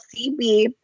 CB